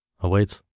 awaits